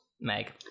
Meg